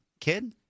Kid